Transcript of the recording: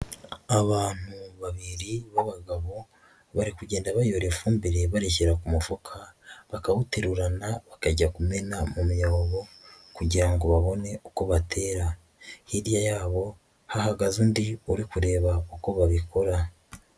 Abantu babiri b'abagabo bari kugenda bayora ifumbire barishyira ku mufuka, bakawuterurana bakajya kumena mu myubo kugira ngo babone uko batera, hirya yabo hahagaze undi uri kureba uko babikora.